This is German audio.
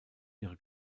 ihre